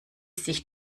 sich